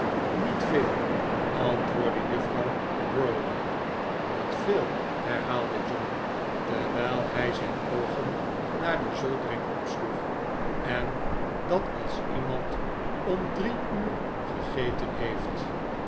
niet veel antwoordde juffrouw browdie niet veel herhaalde john terwijl hij zijn oogen naar de zoldering opsloeg en dat als iemand om drie uur gegeten heeft